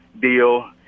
deal